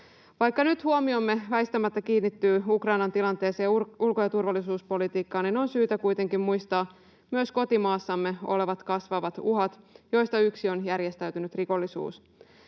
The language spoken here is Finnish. Vaikka nyt huomiomme väistämättä kiinnittyy Ukrainan tilanteeseen, ulko- ja turvallisuuspolitiikkaan, niin on syytä kuitenkin muistaa myös kotimaassamme olevat kasvavat uhat, joista yksi on järjestäytynyt rikollisuus.